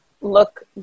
look